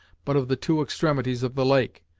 but of the two extremities of the lake.